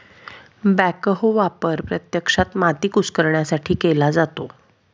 backhoe वापर प्रत्यक्षात माती कुस्करण्यासाठी केला जातो